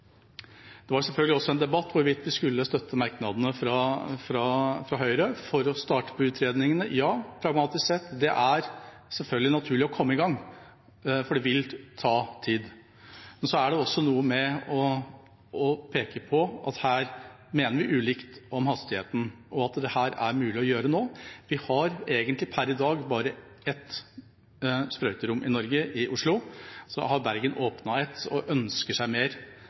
Det var selvfølgelig også en debatt om hvorvidt vi skulle støtte merknadene fra Høyre for å starte på utredningene. Ja, pragmatisk sett, det er selvfølgelig naturlig å komme i gang, for det vil ta tid. Så er det også noe med det å peke på at her mener vi ulikt om hastigheten, og at dette er det mulig å gjøre nå. Vi har egentlig per i dag bare ett sprøyterom i Norge, i Oslo. Bergen har åpnet ett og ønsker seg mer.